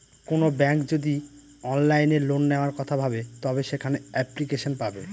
কোনো ব্যাঙ্ক যদি অনলাইনে লোন নেওয়ার কথা ভাবে তবে সেখানে এপ্লিকেশন পাবে